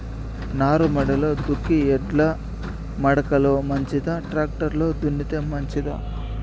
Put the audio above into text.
నారుమడిలో దుక్కి ఎడ్ల మడక లో మంచిదా, టాక్టర్ లో దున్నితే మంచిదా?